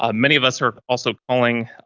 um many of us are also calling.